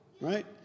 right